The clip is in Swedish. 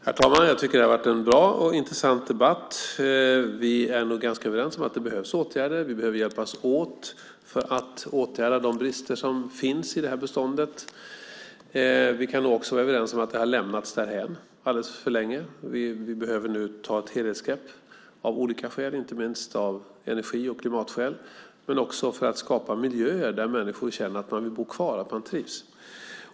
Herr talman! Det har varit en bra och intressant debatt. Vi är nog ganska överens om att det behövs åtgärder. Vi behöver hjälpas åt för att åtgärda de brister som finns i beståndet. Vi kan också vara överens om att det har lämnats därhän alldeles för länge. Vi behöver nu av olika skäl ta ett helhetsgrepp och inte minst av energi och klimatskäl. Men det behövs också för att skapa miljöer där människor känner att de vill bo kvar och att de trivs.